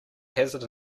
hazard